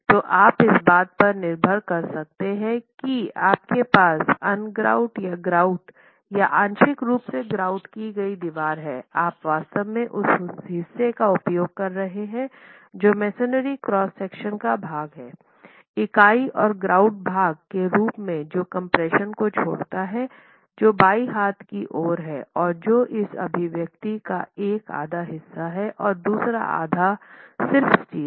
तो आप इस बात पर निर्भर कर सकते हैं कि आपके पास अनग्राउट या ग्राउट या आंशिक रूप से ग्राउट की गई दीवार है आप वास्तव में उस हिस्से का उपयोग कर रहे हैं जो मेसनरी क्रॉस सेक्शन का भाग हैं इकाई और ग्राउट भाग के रूप में जो कम्प्रेशन को छोड़ता है जो बाईं हाथ की ओर है और जो इस अभिव्यक्ति का एक आधा हिस्सा है और दूसरा आधा सिर्फ स्टील है